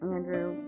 Andrew